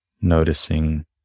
Noticing